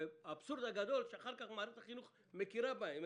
והאבסורד הגדול, שאחר כך משרד החינוך מכיר בהם.